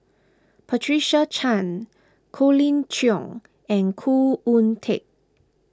Patricia Chan Colin Cheong and Khoo Oon Teik